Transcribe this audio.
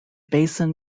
basin